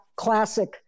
classic